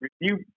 review